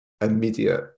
immediate